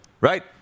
right